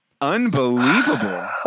Unbelievable